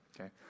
okay